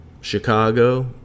Chicago